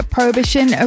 Prohibition